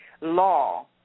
law